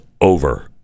over